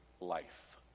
life